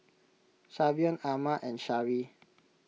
Savion Emma and Sharee